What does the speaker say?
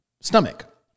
stomach